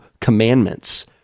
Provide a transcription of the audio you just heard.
Commandments